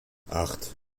acht